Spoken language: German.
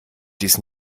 dies